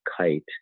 Kite